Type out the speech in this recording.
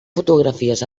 fotografies